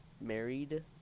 married